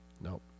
Nope